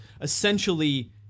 essentially